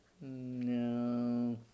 no